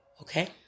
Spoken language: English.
Okay